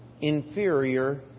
inferior